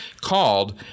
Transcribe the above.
called